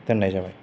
दोन्नाय जाबाय